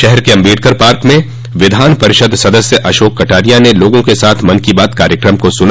शहर के अम्बेडकर पार्क में विधान परिषद सदस्य अशोक कटारिया ने लोगों के साथ मन की बात कार्यक्रम को सुना